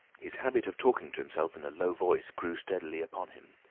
his habit of talking to himself in a low voice grew steadily upon him,